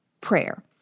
prayer